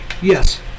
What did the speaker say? Yes